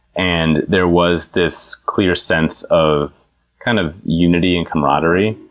and there was this clear sense of kind of unity and comradery.